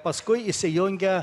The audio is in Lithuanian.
paskui įsijungia